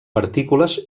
partícules